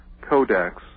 Codex